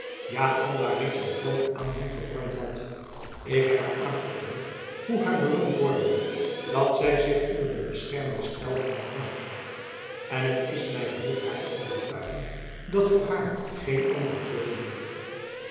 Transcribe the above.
ja aldaar reeds een grooten aanhang gevormd had ik heb haar aangetoond hoe haar belang vorderde dat zy zich onder de bescherming stelde van frankrijk en het is my gelukt haar te overtuigen dat voor haar geen andere keuze bleef